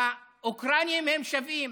האוקראינים הם שווים,